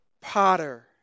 potter